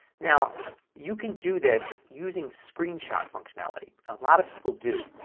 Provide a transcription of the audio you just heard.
now you can do this using screenshot functionality. a lot of people do.